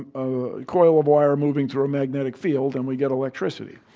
a coil of wire moving through a magnetic field, and we get electricity.